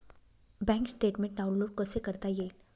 Bank statement download कसे करता येईल?